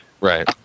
Right